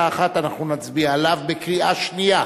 אחת אנחנו נצביע עליו בקריאה שנייה,